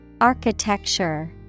Architecture